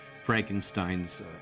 Frankenstein's